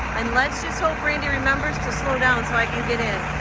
and let's just hope randy remembers to slow down so i can get in